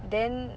then